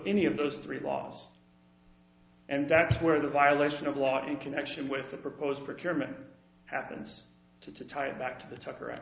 any of those three last and that's where the violation of law in connection with the proposed for chairman happens to tie it back to the tucker